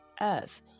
earth